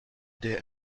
der